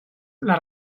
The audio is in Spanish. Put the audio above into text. las